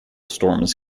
storms